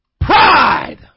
pride